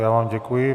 Já vám děkuji.